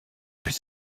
plus